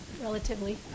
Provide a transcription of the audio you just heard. relatively